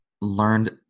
learned